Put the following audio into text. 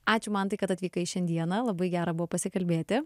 ačiū mantai kad atvykai šiandieną labai gera buvo pasikalbėti